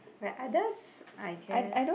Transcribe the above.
like others I guess